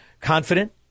confident